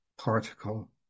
particle